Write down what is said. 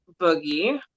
Boogie